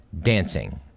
dancing